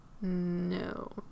No